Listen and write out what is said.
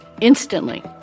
Instantly